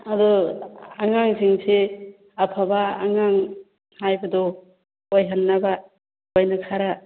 ꯑꯗꯨ ꯑꯥꯡꯁꯤꯡꯁꯤ ꯑꯐꯕ ꯑꯉꯥꯡ ꯍꯥꯏꯕꯗꯣ ꯑꯣꯏꯍꯟꯅꯕ ꯑꯩꯈꯣꯏꯅ ꯈꯔ